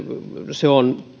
se on